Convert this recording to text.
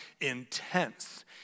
intense